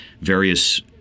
various